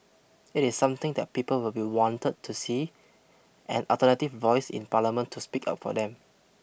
it is something that people will be wanted to see an alternative voice in parliament to speak up for them